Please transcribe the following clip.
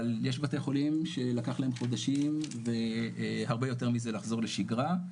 אבל יש בתי חולים שלקח להם חודשים והרבה יותר מזה לחזור לשגרה.